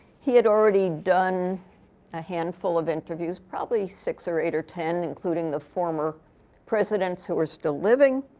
he had already done a handful of interviews, probably six or eight or ten, including the former presidents who were still living.